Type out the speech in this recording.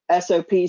sops